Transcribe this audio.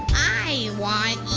i want